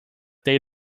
they